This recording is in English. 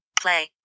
play